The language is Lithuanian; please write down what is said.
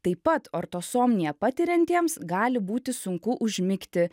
taip pat ortosomniją patiriantiems gali būti sunku užmigti